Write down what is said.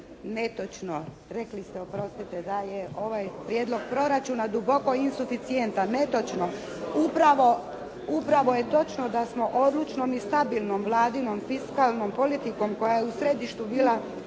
Netočno, rekli ste oprostite da je ovaj prijedlog proračuna duboko insuficijentan. Netočno. Upravo je točno da smo odlučnom i stabilnom Vladinom fiskalnom politikom koja koja je u središtu bila,